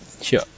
sure